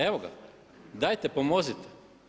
Evo ga, dajte pomozite.